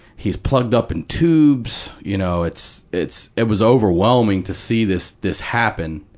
he's plugged up in tubes, you know. it's, it's it was overwhelming to see this, this happen.